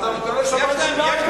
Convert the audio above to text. אתה נותן לו שב"ן שיניים.